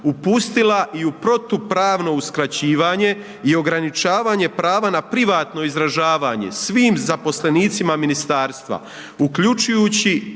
upustila i u protupravno uskraćivanje i ograničavanje prava na privatno izražavanje svim zaposlenicima ministarstva, uključujući